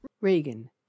Reagan